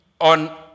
on